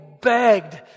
begged